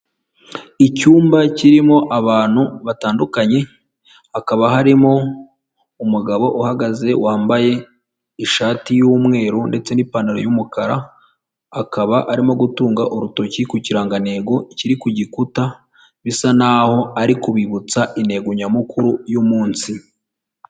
Icyumba kirimo abantu batandukanye, hakaba harimo umugabo uhagaze wambaye ishati y'umweru ndetse n'ipantaro y'umukara, akaba arimo gutunga urutoki ku kirangantego kiri ku gikuta, bisa naho ari kubibutsa intego nyamukuru y'umunsi.